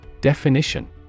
Definition